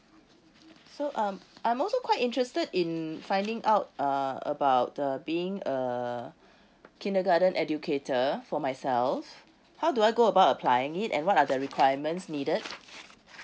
so um I'm also quite interested in finding out uh about the being a kindergarten educator for myself how do I go about applying it and what are the requirements needed